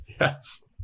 Yes